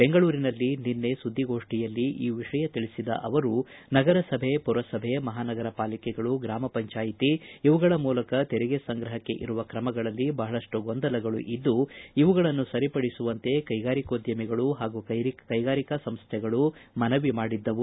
ಬೆಂಗಳೂರಿನಲ್ಲಿ ನಿನ್ನೆ ಸುದ್ದಿಗೋಷ್ಠಿಯಲ್ಲಿ ಈ ವಿಷಯ ತಿಳಿಸಿದ ಅವರು ನಗರಸಭೆ ಪುರ ಸಭೆ ಮಹಾನಗರ ಪಾಲಿಕೆಗಳು ಗ್ರಾಮಪಂಚಾಯ್ತಿ ಇವುಗಳ ಮೂಲಕ ತೆರಿಗೆ ಸಂಗ್ರಹಕ್ಕೆ ಇರುವ ಕ್ರಮಗಳಲ್ಲಿ ಬಹಳಷ್ಟು ಗೊಂದಲಗಳು ಇದ್ದು ಇವುಗಳನ್ನು ಸರಿಪಡಿಸುವಂತೆ ಕೈಗಾರಿಕೋದ್ಯಮಿಗಳು ಹಾಗೂ ಕೈಗಾರಿಕಾ ಸಂಸ್ಥೆಗಳು ಮನವಿ ಮಾಡಿದ್ದವು